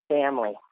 family